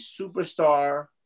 superstar